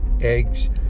eggs